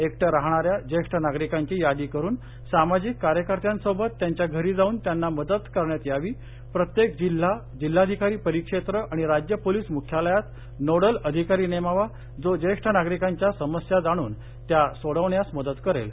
एकटं रहाणाऱ्या ज्येष्ठ नागरिकांची यादी करुन सामाजिक कार्यकर्त्यांसोबत त्यांच्या घरी जाऊन त्यांना मदत करण्यात यावी प्रत्येक जिल्हा जिल्हाधिकारी परिक्षेत्र आणि राज्य पोलीस मुख्यालयात नोडल अधिकारी नेमावा जो ज्येष्ठ नागरिकांच्या समस्या जाणून त्या सोडवण्यास मदत करेल